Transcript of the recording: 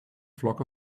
flock